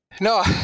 no